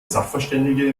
sachverständige